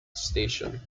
station